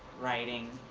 writing,